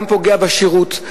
זה גם פוגע בשירות,